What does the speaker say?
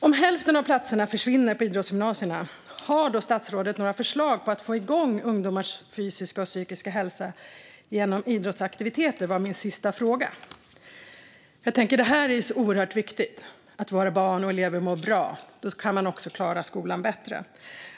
Om hälften av platserna försvinner på idrottsgymnasierna - har då statsrådet några förslag för att få igång ungdomars fysiska och psykiska hälsa genom idrottsaktiviteter? Det var min sista fråga. Det är ju så oerhört viktigt att våra barn och elever mår bra. Då kan de också klara skolan bättre.